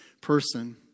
person